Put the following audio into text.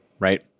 right